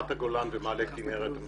רמת הגולן ומעלה כינרת הם